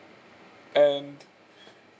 and